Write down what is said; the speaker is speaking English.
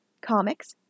comics